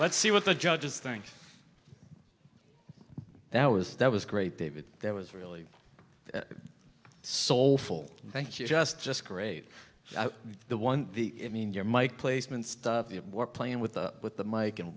let's see what the judges think that was that was great david that was really soulful thank you just just great the one the mean your mike placement stuff you were playing with the with the mike and